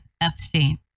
epstein